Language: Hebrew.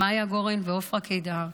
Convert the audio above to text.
מיה גורן ועפרה קידר,